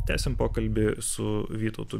tęsiam pokalbį su vytautu